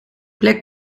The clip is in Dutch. plek